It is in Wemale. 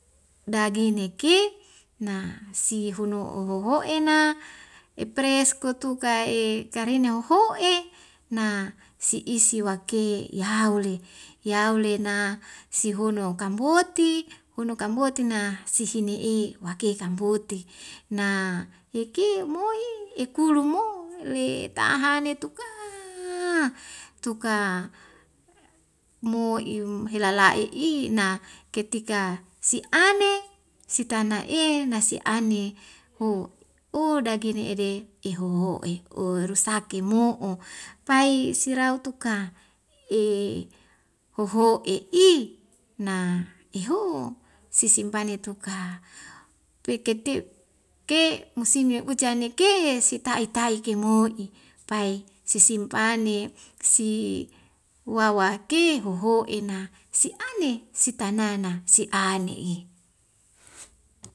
Dagine ke na sihono hoho'ena epres kotuka e karinya hoho'e na si'isi wake yaule yaule na sihono kamboti hono kamboti na sisi ne'e wake kamboti na heki mo'i ekulo mo le tahane tukaaa tuka mo'ium hilalai'i na ketika si'ane sitana e nasi ane ho o dagi ne'ede ihoho'e u rusake mo'o pai sirau tuka e hoho'e i na iho sisimpane tuka peketeu' ke musim ya ujane ke sitai'i tai'i ke mo'i pai sesimpane si wawa ki hoho'ena si'ane sitana na si'ane i